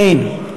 אין.